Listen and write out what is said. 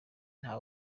nta